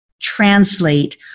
translate